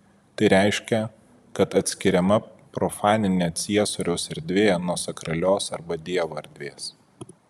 tai reiškia kad atskiriama profaninė ciesoriaus erdvė nuo sakralios arba dievo erdvės